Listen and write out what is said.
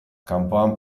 kanpoan